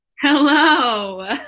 Hello